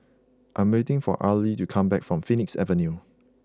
I am waiting for Arely to come back from Phoenix Avenue